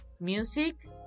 music